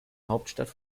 hauptstadt